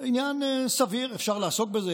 עניין סביר, אפשר לעסוק בזה.